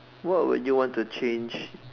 what would you want to change